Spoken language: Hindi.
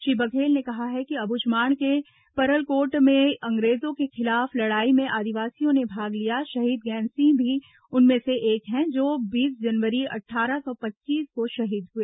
श्री बघेल ने कहा कि अब्रुझमाड़ के परलकोट में अंग्रेजों के खिलाफ लड़ाई में आदिवासियों ने भाग लिया शहीद गैंदसिंह भी उनमें से एक हैं जो बीस जनवरी अट्ठारह सौ पच्चीस को शहीद हुए